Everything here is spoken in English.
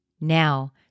Now